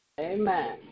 Amen